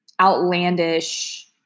outlandish